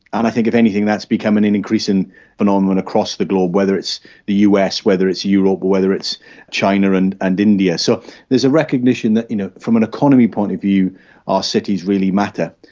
and i think if anything that's become an an increasing phenomenon across the globe, whether it's the us, whether it's europe or whether it's china and and india. so there's a recognition that you know from an economy point of view our cities really matter.